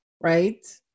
right